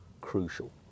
crucial